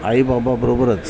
आई बाबाबरोबरच